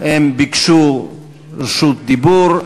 הם ביקשו רשות דיבור,